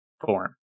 form